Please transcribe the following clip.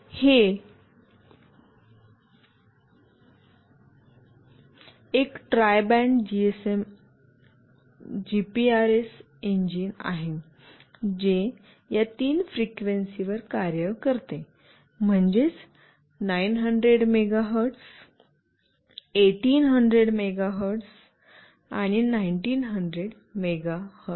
हे एक tri band GSM GPRS engine आहे जे या तीन फ्रिक्वेन्सीवर कार्य करते म्हणजे 900 मेगाहेर्ट्ज 1800 मेगाहर्ट्ज आणि 1900 मेगाहर्ट्ज